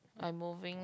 I moving